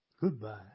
Goodbye